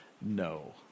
No